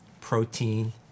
protein